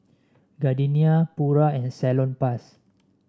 Gardenia Pura and Salonpas